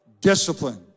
discipline